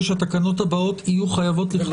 שהתקנות הבאות יהיו חייבות לכלול אותם.